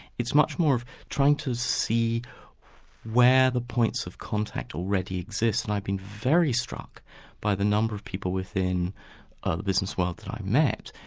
it's much more of trying to see where the points of contact already exist, and i've been very struck by the number of people within ah the business world that i've met,